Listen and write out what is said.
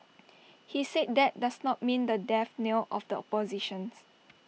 he said that does not mean the death knell of the opposition